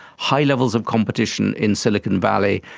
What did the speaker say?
high levels of competition in silicon valley,